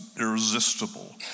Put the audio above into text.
irresistible